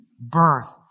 birth